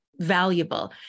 valuable